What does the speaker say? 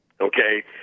Okay